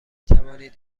توانید